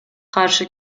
каршы